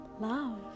love